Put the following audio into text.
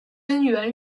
贞元